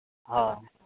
ᱦᱮᱸ